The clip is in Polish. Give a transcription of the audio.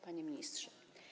Panie Ministrze!